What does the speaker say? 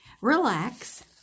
relax